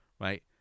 right